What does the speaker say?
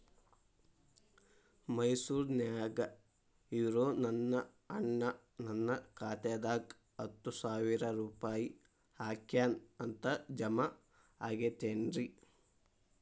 ಮೈಸೂರ್ ನ್ಯಾಗ್ ಇರೋ ನನ್ನ ಅಣ್ಣ ನನ್ನ ಖಾತೆದಾಗ್ ಹತ್ತು ಸಾವಿರ ರೂಪಾಯಿ ಹಾಕ್ಯಾನ್ ಅಂತ, ಜಮಾ ಆಗೈತೇನ್ರೇ?